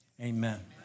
Amen